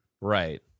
Right